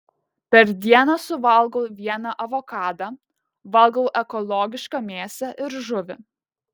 per dieną suvalgau vieną avokadą valgau ekologišką mėsą ir žuvį